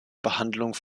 behandlung